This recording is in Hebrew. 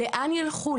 לאן ילכו,